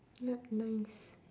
ya nice